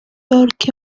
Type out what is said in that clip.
york